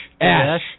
Ash